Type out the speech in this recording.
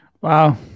Wow